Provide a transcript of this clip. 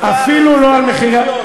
אפילו לא על מחירי,